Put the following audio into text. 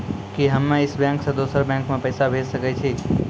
कि हम्मे इस बैंक सें दोसर बैंक मे पैसा भेज सकै छी?